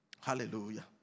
Hallelujah